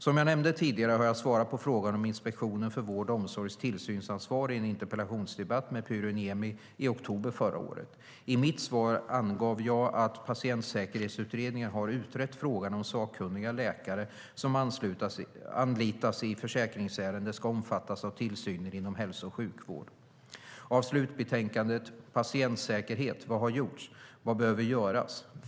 Som jag nämnde tidigare har jag svarat på frågan om Inspektionen för vård och omsorgs tillsynsansvar i en interpellationsdebatt med Pyry Niemi i oktober förra året. I mitt svar angav jag att Patientsäkerhetsutredningen har utrett frågan om sakkunniga läkare som anlitas i försäkringsärende ska omfattas av tillsynen inom hälso och sjukvård. Av slutbetänkandet Patientsäkerhet - Vad har gjorts? Vad behöver göras?